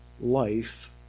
life